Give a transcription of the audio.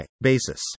basis